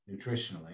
nutritionally